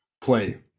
play